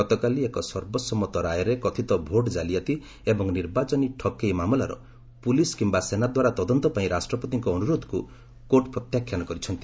ଗତକାଲି ଏକ ସର୍ବସମ୍ମତ ରାୟରେ କଥିତ ଭୋଟ ଜାଲିଆତି ଏବଂ ନିର୍ବାଚନୀ ଠକେଇ ମାମଲାରେ ପୁଲିସ କିମ୍ବା ସେନାଦ୍ୱାରା ତଦନ୍ତ ପାଇଁ ରାଷ୍ଟ୍ରପତିଙ୍କ ଅନୁରୋଧକୁ କୋର୍ଟ ପ୍ରତ୍ୟାଖ୍ୟାନ କରିଛନ୍ତି